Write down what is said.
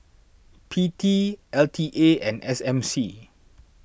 P T L T A and S M C